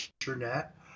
internet